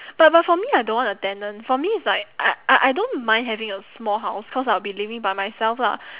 but but for me I don't want a tenant for me it's like I I don't mind having a small house cause I will be living by myself lah